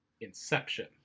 Inception